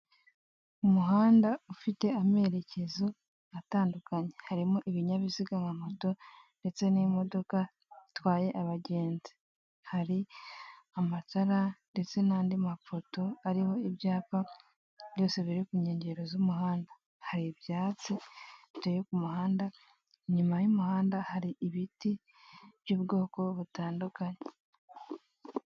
Umuhanda ufita amerekezo atandukanye harimo ibinyabiziga nka moto ndetse n'imodoka zitwaye abagenzi, hari amatara ndetse n'andi mapoto ariho ibyapa byose biri ku nkengero z'umuhanda, hari ibyatsi biteye ku muhanda inyuma y'umuhanda hari ibiti by'ubwoko butandukanye.